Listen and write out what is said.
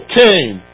came